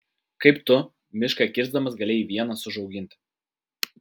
kaip tu mišką kirsdamas galėjai vienas užauginti